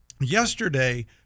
yesterday